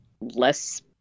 less